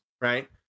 right